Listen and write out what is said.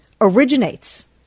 originates